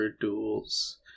duels